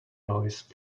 noise